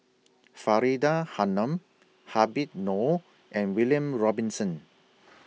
Faridah Hanum Habib Noh and William Robinson